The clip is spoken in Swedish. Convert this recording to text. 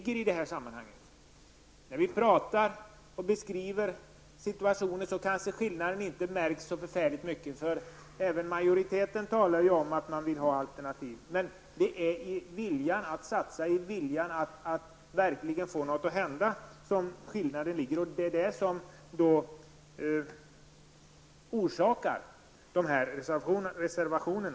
När vi talar om situationen och beskriver den märks skillnaden kanske inte så mycket -- majoriteten talar ju om att man vill ha alternativ. Skillnaden ligger i viljan att satsa, att få någonting att hända. Detta är anledningen till att vi har avgett reservationer.